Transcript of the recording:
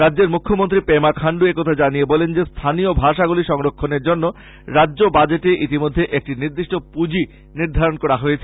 রাজ্যের মৃখ্যমন্ত্রী পেমা খান্ডু একথা জানিয়ে বলেন যে স্থানীয় ভাষাগুলি সংরক্ষনের জন্য রাজ্য বাজেটে ইতিমধ্যে একটি নির্দিষ্ট পুজি নির্ধারন করা হয়েছে